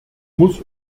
muss